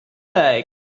like